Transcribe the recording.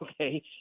okay